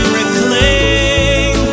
reclaim